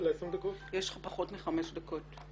פחות מחמש דקות.